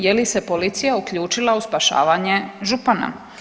Je li se policija uključila u spašavanje župana?